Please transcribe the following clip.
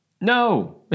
No